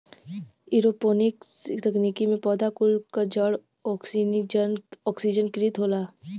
aeroponics तकनीकी में पौधा कुल क जड़ ओक्सिजनकृत होला